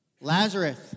Lazarus